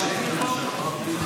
בהמשך לדברים שאמרתי לאופוזיציה,